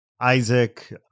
Isaac